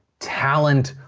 talent,